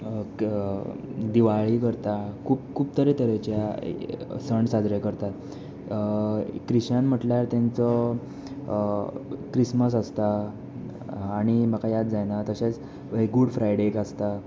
तशेंच दिवाळी करता खूब खूब तरेतरेच्या सण साजरे करतात क्रिश्चन म्हटल्या तांचो क्रिसमस आसता आनी म्हाका याद जायना तशेंच गूड फ्रायडे एक आसता